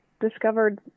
discovered